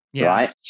right